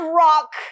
rock